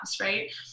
right